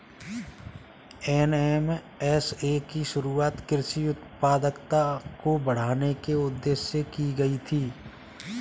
NMSA की शुरुआत कृषि उत्पादकता को बढ़ाने के उदेश्य से की गई थी